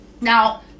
Now